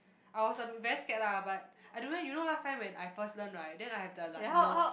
I was a bit very scared lah but I don't know you know last time when I first learn right then I have the like nerves